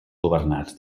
governats